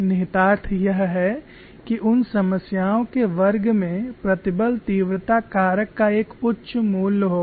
निहितार्थ यह है कि उन समस्याओं के वर्ग में प्रतिबल तीव्रता कारक का एक उच्च मूल्य होगा